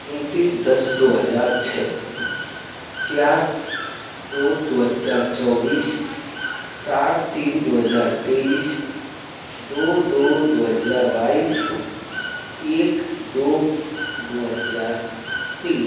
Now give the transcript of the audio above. उनतीस दस दो हजार छः चार दो दो हजार चौबीस चार तीन दो हज़ार तेईस दो दो दो हज़ार बाईस एक दो दो हज़ार तीन